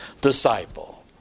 disciple